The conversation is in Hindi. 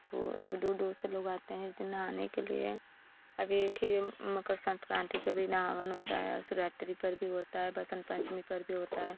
तो दूर दूर से लोग आते हैं नहाने के लिए अभी एक ही मकर संक्रांति का नहावन होता है शिवरात्रि पर भी होता है बसंत पंचमी पर भी होता है